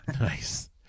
Nice